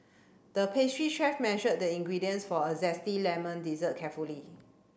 the pastry chef measured the ingredients for a zesty lemon dessert carefully